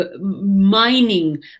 mining